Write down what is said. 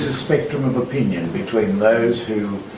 spectrum of opinion between those who